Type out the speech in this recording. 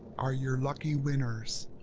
are your lucky winners!